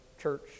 church